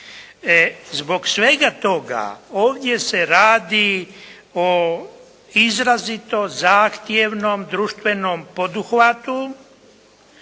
Zbog svega toga ovdje se radi o izrazito zahtjevnom društvenom poduhvatu